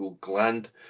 gland